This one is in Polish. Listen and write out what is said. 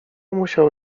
musiało